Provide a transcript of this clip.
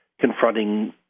confronting